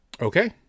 Okay